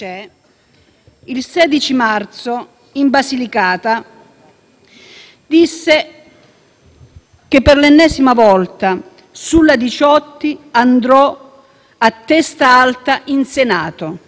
«Per l'ennesima volta, sulla Diciotti andrò a testa alta in Senato. Facciano come credono. Se mi processano, sarò orgoglioso».